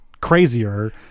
crazier